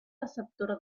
receptora